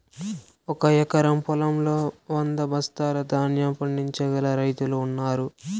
ఒక ఎకరం పొలంలో వంద బస్తాల ధాన్యం పండించగల రైతులు ఉన్నారు